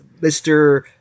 Mr